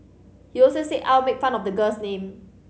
he also said Au made fun of the girl's name